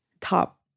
top